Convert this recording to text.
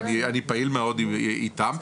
אני פעיל מאוד איתם.